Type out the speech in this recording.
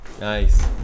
Nice